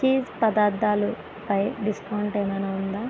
cheese పదార్థాలు పై discount ఏమైనా ఉందా